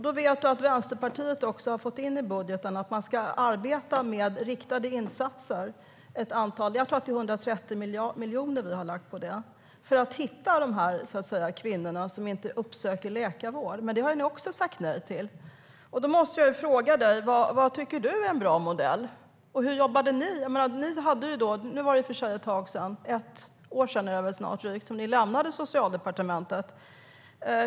Du vet att Vänsterpartiet har fått in i budgeten att man ska arbeta med ett antal riktade insatser. Jag tror att det är 130 miljoner vi har lagt på detta. Det handlar om att hitta de kvinnor som inte uppsöker läkarvård. Det har ni också sagt nej till. Därför måste jag fråga dig: Vad tycker du är en bra modell? Och hur jobbade ni? Nu var det i och för sig ett tag sedan - snart drygt ett år sedan - som ni lämnade Socialdepartementet.